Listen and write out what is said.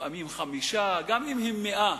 לפעמים 5, גם אם הם 100,